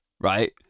right